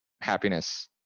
happiness